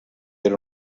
era